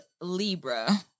Libra